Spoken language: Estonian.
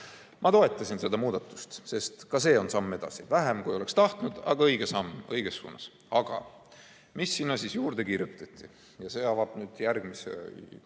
Ma toetasin seda muudatust, sest ka see on samm edasi – väiksem, kui oleks tahtnud, aga õige samm õiges suunas. Aga mis sinna siis juurde kirjutati? See avab nüüd järgmise keerulise